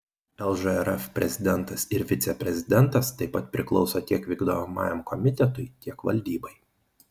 lžrf prezidentas ir viceprezidentas taip pat priklauso tiek vykdomajam komitetui tiek valdybai